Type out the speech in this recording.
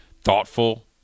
Thoughtful